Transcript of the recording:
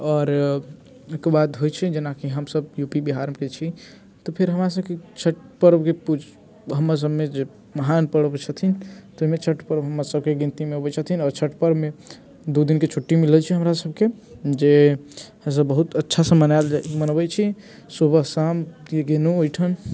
आओर एकर बाद होइ छै जेना कि हमसभ यू पी बिहारके छी तऽ फेर हमरासभके छठि पर्वके पू हमरासभमे जे महान पर्व छथिन ताहिमे छठि पर्व हमरासभके गिनतीमे अबै छथिन आओर छठि पर्वमे दू दिनके छुट्टी मिलै छै हमरासभके जे बहुत अच्छासँ मनायल जाइत मनबैत छी सुबह शामके गेलहुँ ओहिठाम